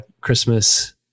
Christmas